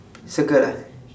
circle ah